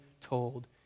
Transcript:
told